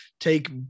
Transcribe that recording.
take